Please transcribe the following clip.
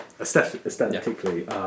aesthetically